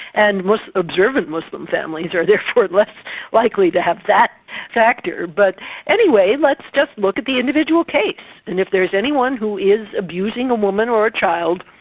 and observant muslim families are therefore less likely to have that factor. but anyway, let's just look at the individual case and if there's anyone who is abusing a woman or a child,